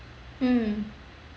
mm